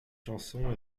chanson